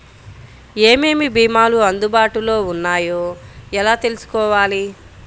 ఏమేమి భీమాలు అందుబాటులో వున్నాయో ఎలా తెలుసుకోవాలి?